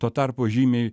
tuo tarpu žymiai